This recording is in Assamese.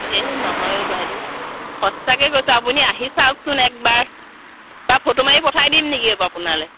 এই নহয় অ' বাইদেউ সঁচাকৈ কৈছোঁ আপুনি আহি চাওকচোন একবাৰ মই ফটো মাৰি পঠাই দিম নেকি আকৌ আপোনালৈ